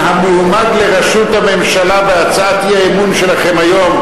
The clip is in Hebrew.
המועמד לראשות הממשלה בהצעת האי-אמון שלכם היום,